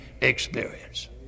experience